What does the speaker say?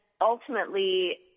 ultimately